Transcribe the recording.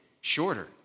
shorter